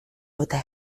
dute